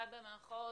הוועדה.